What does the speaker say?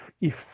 ifs